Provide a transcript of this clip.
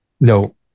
No